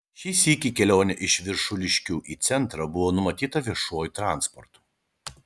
šį sykį kelionė iš viršuliškių į centrą buvo numatyta viešuoju transportu